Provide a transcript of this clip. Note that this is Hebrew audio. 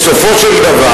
בסופו של דבר